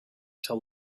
told